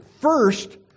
first